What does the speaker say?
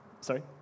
Sorry